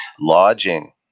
lodging